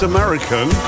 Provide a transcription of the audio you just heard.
American